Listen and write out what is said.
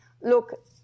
look –